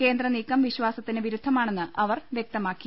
കേന്ദ്ര നീക്കം വിശ്വാസത്തിന് വിരുദ്ധമാണെന്ന് അവർ വൃക്തമാക്കി